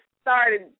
started